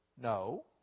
No